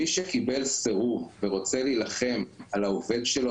מי שקיבל סירוב ורוצה להילחם על העובד שלו,